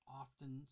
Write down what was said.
often